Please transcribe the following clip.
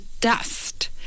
dust